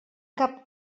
cap